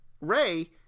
Ray